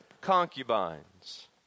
concubines